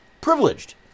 privileged